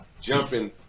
jumping